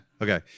Okay